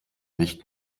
nicht